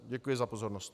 Děkuji za pozornost.